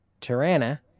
Tirana